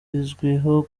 zizwiho